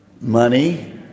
Money